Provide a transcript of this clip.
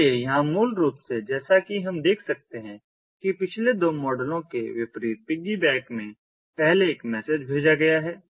इसलिए यहां मूल रूप से जैसा कि हम देख सकते हैं कि पिछले दो मॉडलों के विपरीत पिग्गीबैक में पहले एक मैसेज भेजा गया है